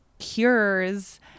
cures